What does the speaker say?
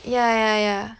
yah yah yah